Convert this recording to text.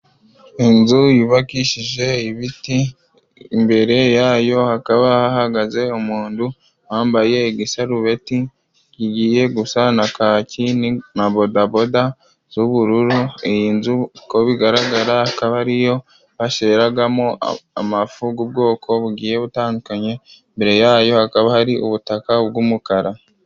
Inzu yubakishije ibiti imbere yayo hakaba hahagaze umuntu wambaye igisarubeti kigiye gusa na kaki na bodaboda z'ubururu, iyi nzu uko bigaragara akaba ari yo baseragamo amafu gw'ubwoko bugiye butandukanye, imbere yayo hakaba hari ubutaka bw'umukara.